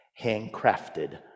handcrafted